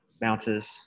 bounces